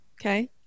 okay